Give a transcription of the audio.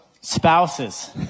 spouses